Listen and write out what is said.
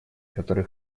которые